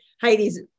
Heidi's